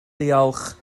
diolch